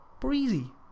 Breezy